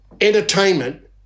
entertainment